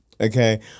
okay